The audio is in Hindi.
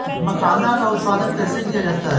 मखाना का उत्पादन कैसे किया जाता है?